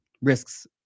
Risks